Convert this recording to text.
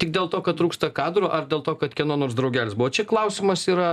tik dėl to kad trūksta kadrų ar dėl to kad kieno nors draugelis buvo čia klausimas yra